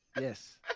Yes